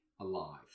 alive